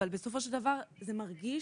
אבל בסופו של דבר זה מרגיש,